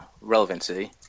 relevancy